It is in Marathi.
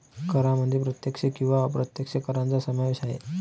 करांमध्ये प्रत्यक्ष किंवा अप्रत्यक्ष करांचा समावेश आहे